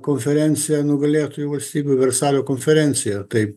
konferencija nugalėtojų valstybių versalio konferencija taip